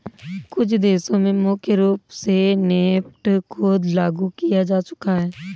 कुछ देशों में मुख्य रूप से नेफ्ट को लागू किया जा चुका है